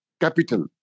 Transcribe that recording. capital